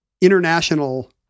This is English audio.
international